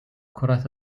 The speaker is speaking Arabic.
كرة